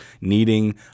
needing